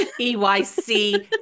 EYC